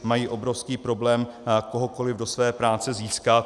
Mají obrovský problém kohokoliv do své práce získat.